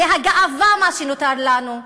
זה הגאווה, מה שנותר לנו.